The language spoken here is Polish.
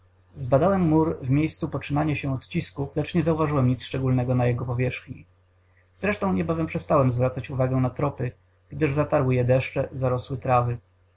mur w miejscu poczynania się odcisków lecz nie zauważyłem nic szczególnego na jego powierzchni zresztą niebawem przestałem zwracać uwagę na tropy gdy zatarły je deszcze zarosły trawy